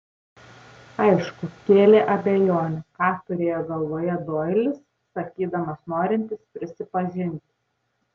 aišku kėlė abejonių ką turėjo galvoje doilis sakydamas norintis prisipažinti